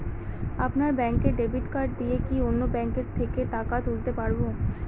আপনার ব্যাংকের debit card দিয়ে কি অন্য ব্যাংকের থেকে টাকা তুলতে পারবো?